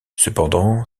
cependant